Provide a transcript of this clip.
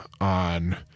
on